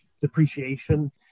depreciation